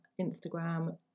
Instagram